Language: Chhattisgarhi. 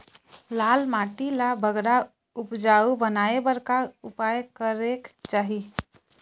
लाल माटी ला बगरा उपजाऊ बनाए बर का उपाय करेक चाही?